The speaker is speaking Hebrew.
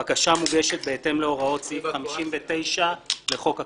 הבקשה מוגשת בהתאם להוראות סעיף 59 לחוק הכנסת.